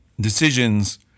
decisions